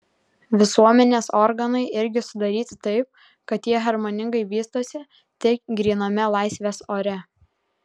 visuomenės organai irgi sudaryti taip kad jie harmoningai vystosi tik gryname laisvės ore